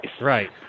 Right